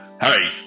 Hey